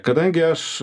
kadangi aš